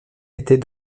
était